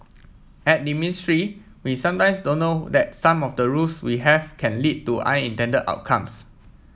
at the ministry we sometimes don't know that some of the rules we have can lead to unintended outcomes